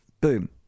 Boom